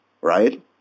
right